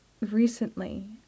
recently